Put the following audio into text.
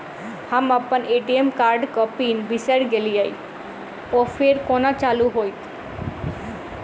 हम अप्पन ए.टी.एम कार्डक पिन बिसैर गेलियै ओ फेर कोना चालु होइत?